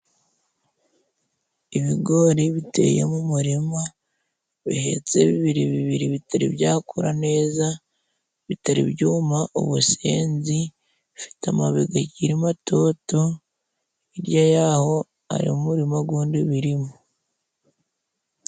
Ibigori biteye mu murima, bihetse bibiri bibiri bitari byakura neza, bitari byuma ubusenzi, bifite amababi gakiri matoto, hirya yaho harimo umurima gundi birimo.